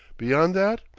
beyond that?